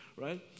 right